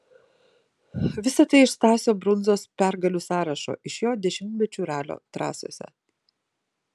visa tai iš stasio brundzos pergalių sąrašo iš jo dešimtmečių ralio trasose